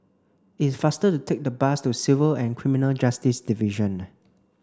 it's faster to take the bus to Civil and Criminal Justice Division